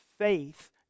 faith